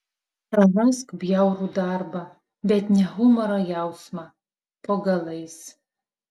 prarask bjaurų darbą bet ne humoro jausmą po galais